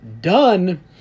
done